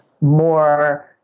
more